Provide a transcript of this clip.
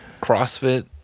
CrossFit